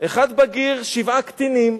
אחד בגיר, שבעה קטינים,